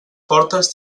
portes